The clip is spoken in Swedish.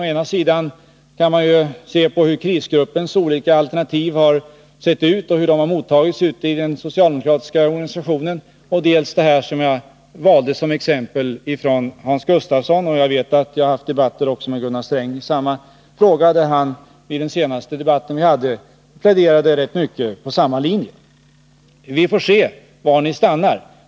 Man kan se det också på hur krisgruppens olika alternativ sett ut och hur de mottagits ute i den socialdemokratiska organisationen. Jag har även haft debatter med Gunnar Sträng i denna fråga. Vid den senaste pläderade han rätt mycket efter samma linje som Hans Gustafsson i det reportage jag valde att citera. Vi får se var ni stannar.